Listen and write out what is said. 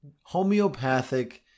Homeopathic